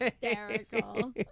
Hysterical